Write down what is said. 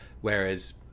whereas